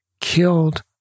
killed